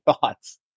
thoughts